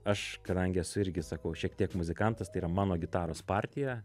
aš kadangi esu irgi sakau šiek tiek muzikantas tai yra mano gitaros partija